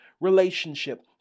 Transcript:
relationship